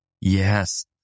Yes